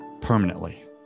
permanently